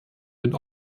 den